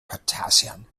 potassium